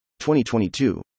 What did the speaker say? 2022